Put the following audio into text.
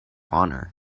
honor